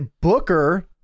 Booker